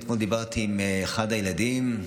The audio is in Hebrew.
אתמול דיברתי עם אחד הילדים,